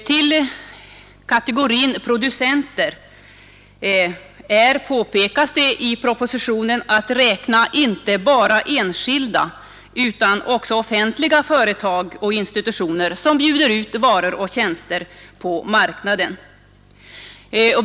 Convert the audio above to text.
Till kategorin producenter är, påpekas det i propositionen, inte bara att räkna enskilda utan också offentliga företag och institutioner, som bjuder ut varor och tjänster på marknaden.